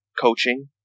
coaching